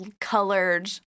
colored